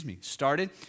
started